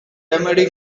remedy